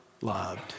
loved